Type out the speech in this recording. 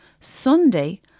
Sunday